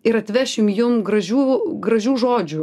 ir atvešim jum gražių gražių žodžių